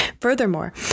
Furthermore